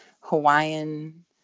Hawaiian